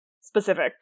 specific